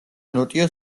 ნოტიო